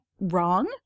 wrong